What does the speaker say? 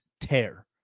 tear